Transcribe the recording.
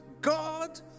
God